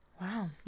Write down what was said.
Wow